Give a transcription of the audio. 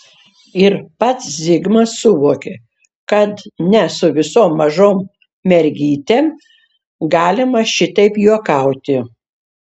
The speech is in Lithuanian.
ir pats zigmas suvokė kad ne su visom mažom mergytėm galima šitaip juokauti